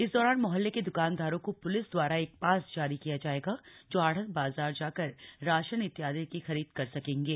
इस दौरान मोहल्ले के द्कानदारों को प्लिस द्वारा एक पास जारी किया जाएगा जो आढ़त बाजार जाकर राशन इत्यादि की खरीद कर सकेंगे